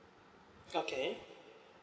okay